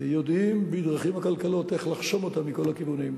יודעים בדרכים עקלקלות איך לחסום אותה מכל הכיוונים.